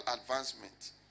advancement